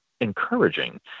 encouraging